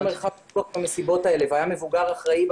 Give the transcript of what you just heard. מרחב בטוח במסיבות האלה והיה מבוגר אחראי,